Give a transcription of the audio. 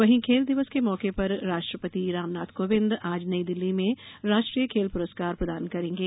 वहीं खेल दिवस के मौके पर राष्ट्रपति रामनाथ कोविंद आज नई दिल्ली में राष्ट्रीय खेल पुरस्कार प्रदान करेंगे